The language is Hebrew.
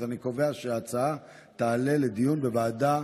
אז אני קובע שההצעה תעלה לדיון בוועדה